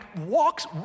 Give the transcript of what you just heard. walks